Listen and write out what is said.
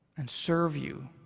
and serve you